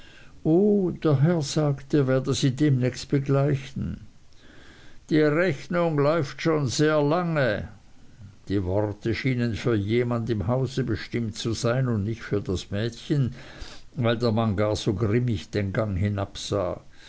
der herr sagt er werde sie demnächst begleichen die rechnung läuft schon sehr lange die worte schienen für jemand im hause bestimmt zu sein und nicht für das mädchen weil der mann gar so grimmig den gang hinabsah